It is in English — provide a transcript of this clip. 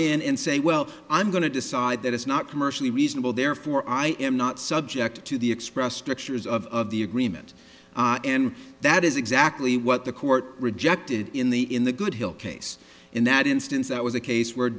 in and say well i'm going to decide that it's not commercially reasonable therefore i am not subject to the express strictures of the agreement and that is exactly what the court rejected in the in the good hill case in that instance that was a case where